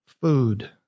food